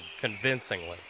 convincingly